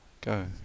go